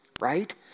right